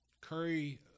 Curry